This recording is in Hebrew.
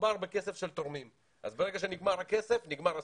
שמדובר בכסף של תורמים אז ברגע שנגמר הכסף נגמר הסיוע,